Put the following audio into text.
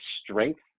strength